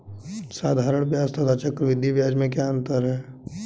साधारण ब्याज तथा चक्रवर्धी ब्याज में क्या अंतर है?